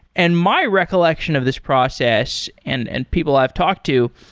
and my recollection of this process and and people i've talked to,